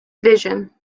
vision